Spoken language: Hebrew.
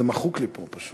זה מחוק לי פה פשוט.